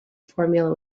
formula